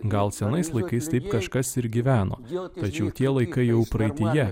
gal senais laikais taip kažkas ir gyveno jo tačiau tie laikai jau praeityje